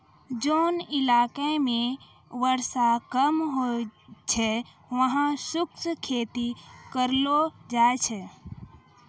जोन इलाका मॅ वर्षा कम होय छै वहाँ शुष्क खेती करलो जाय छै